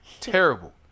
Terrible